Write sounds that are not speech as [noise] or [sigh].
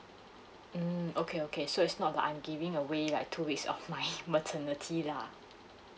mm okay okay so is not like I'm giving away like two weeks of my [laughs] maternity lah